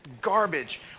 garbage